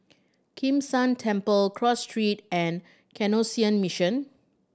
Kim San Temple Cross Street and Canossian Mission